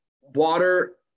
water